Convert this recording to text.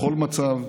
בכל מצב,